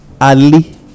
Ali